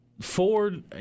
Ford